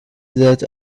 that